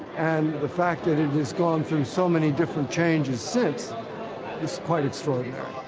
and the fact that it has gone through so many different changes since is quite extraordinary.